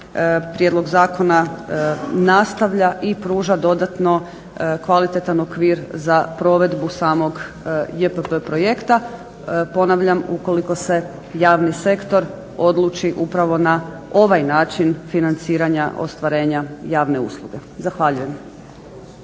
prijedlog zakona nastavlja i pruža dodatno kvalitetan okvir za provedbu samog JPP projekta. Ponavljam, ukoliko se javni sektor odluči upravo na ovaj način financiranja ostvarenja javne usluge. Zahvaljujem.